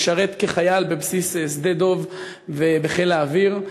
הוא משרת כחייל בבסיס שדה-דב בחיל האוויר,